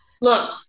Look